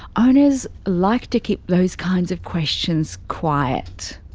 owners like to keep those kinds of questions quiet.